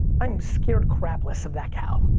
i'm scared crapless of that cow.